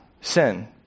sin